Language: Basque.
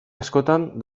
askotan